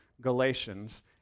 Galatians